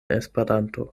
esperanto